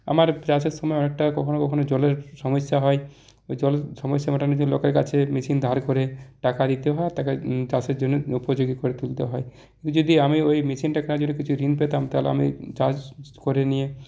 আমার চাষের সময় অনেকটা কখনও কখনও জলের সমস্যা হয় এই জল সমস্যা মেটানোর জন্য লোকের কাছে মেশিন ধার করে টাকা দিতে হয় আর তাকে চাষের জন্যে উপযোগী করে তুলতে হয় যদি আমি ওই মেশিনটার কিছু ঋণ পেতাম তাহলে আমি চাষ করে নিয়ে